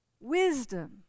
Wisdom